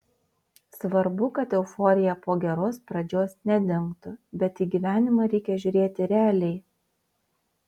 svarbu kad euforija po geros pradžios nedingtų bet į gyvenimą reikia žiūrėti realiai